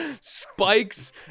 spikes